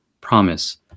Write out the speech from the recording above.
promise